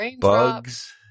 bugs